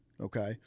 Okay